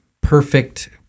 perfect